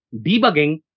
debugging